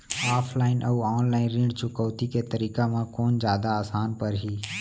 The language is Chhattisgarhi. ऑफलाइन अऊ ऑनलाइन ऋण चुकौती के तरीका म कोन जादा आसान परही?